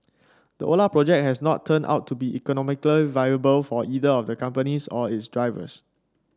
the Ola project has not turned out to be economically viable for either of the company or its drivers